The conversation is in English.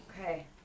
Okay